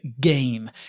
game